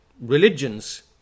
religions